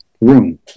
room